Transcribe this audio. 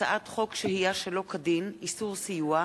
הצעת חוק שהייה שלא כדין (איסור סיוע)